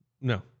No